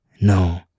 No